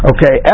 Okay